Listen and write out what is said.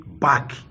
back